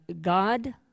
God